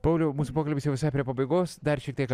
pauliau mūsų pokalbis jau visai prie pabaigos dar šiek tiek